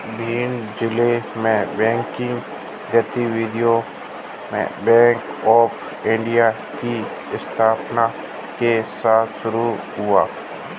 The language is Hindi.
भिंड जिले में बैंकिंग गतिविधियां बैंक ऑफ़ इंडिया की स्थापना के साथ शुरू हुई